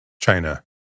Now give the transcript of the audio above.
China